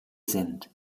sind